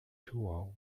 tour